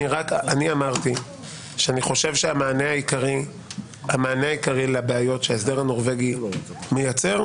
אמרתי שאני חושב שהמענה העיקרי לבעיות שההסדר הנורבגי מייצר,